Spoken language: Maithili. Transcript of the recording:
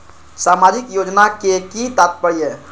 सामाजिक योजना के कि तात्पर्य?